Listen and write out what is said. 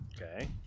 Okay